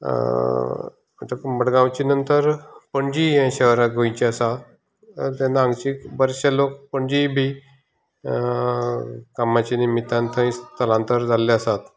म्हणटकच मडगांवची नंतर पणजी हें शहर गोंयचें आसा तेन्ना हांगाचे बरेचशे लोक पणजी बी कामाच्या निमितान थंय स्थलांतर जाल्ले आसात